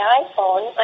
iPhone